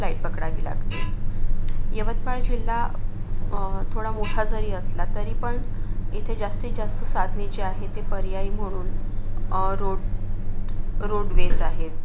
flight पकडावी लागते यवतमाळ जिल्हा थोडा मोठा जरी असला तरी पण इथे जास्तीत जास्त साधने जे आहेत ते पर्यायी म्हणून रोड रोडवेज आहेत